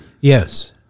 Yes